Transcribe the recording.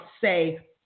say